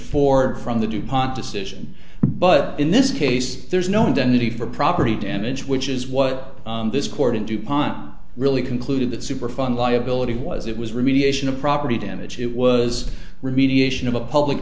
for from the dupont decision but in this case there's no indemnity for property damage which is what this court in dupont really concluded that superfund liability was it was remediation of property damage it was remediation of a public